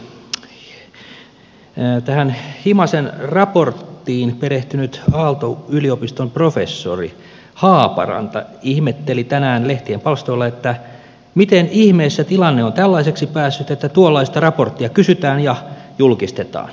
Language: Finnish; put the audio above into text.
tähän himasen raporttiin perehtynyt aalto yliopiston professori haaparanta ihmetteli tänään lehtien palstoilla että miten ihmeessä tilanne on tällaiseksi päässyt että tuollaista raporttia kysytään ja julkistetaan